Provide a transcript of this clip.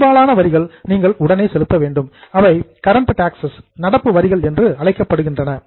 பெரும்பாலான வரிகள் நீங்கள் உடனே செலுத்த வேண்டும் அவை கரண்ட் டாக்ஸ்சஸ் நடப்பு வரிகள் என்று அழைக்கப்படுகின்றன